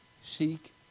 seek